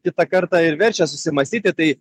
kitą kartą ir verčia susimąstyti tai